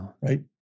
Right